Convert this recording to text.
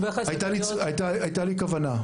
הייתה לי כוונה,